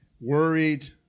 worried